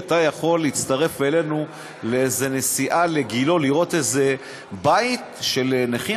אתה יכול להצטרף אלינו לאיזו נסיעה לגילה לראות איזה בית של נכים?